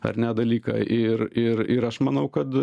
ar ne dalyką ir ir ir aš manau kad